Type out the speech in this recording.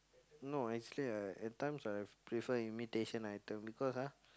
no actually I at times I prefer imitation items because ah